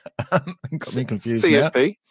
CSP